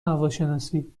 هواشناسی